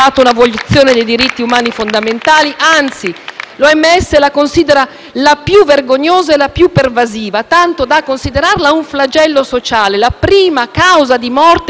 l'OMS la considera la più vergognosa e la più pervasiva. Tanto da considerarla un flagello sociale, la prima causa di morte delle donne fra i sedici e i